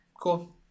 Cool